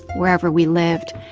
wherever we lived,